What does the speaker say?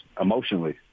emotionally